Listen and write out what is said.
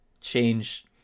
change